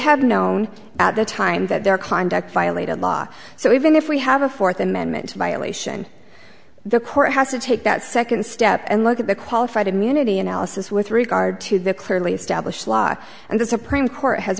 have known at the time that their conduct violated law so even if we have a fourth amendment violation the court has to take that second step and look at the qualified immunity analysis with regard to the clearly established law and the supreme court has